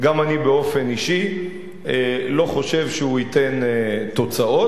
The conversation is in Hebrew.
גם אני באופן אישי לא חושב שהוא ייתן תוצאות.